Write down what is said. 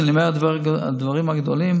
כשאני אומר "הדברים הגדולים",